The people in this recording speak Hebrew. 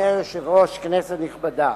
אדוני היושב-ראש, כנסת נכבדה,